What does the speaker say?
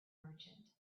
merchant